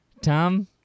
Tom